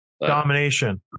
domination